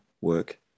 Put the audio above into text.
work